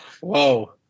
Whoa